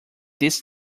this